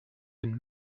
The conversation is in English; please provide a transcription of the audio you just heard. been